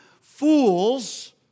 Fools